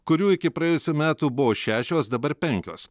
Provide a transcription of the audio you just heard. kurių iki praėjusių metų buvo šešios dabar penkios